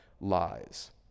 lies